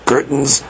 Curtains